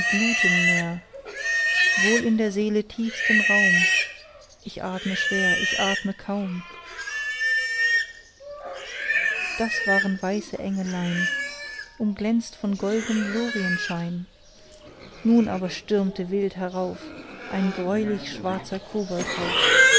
glutenmeer wohl in der seele tiefsten raum ich atme schwer ich atme kaum das waren weiße engelein umglänzt von goldnem glorienschein nun aber stürmte wild herauf ein greulich schwarzer